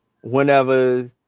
whenever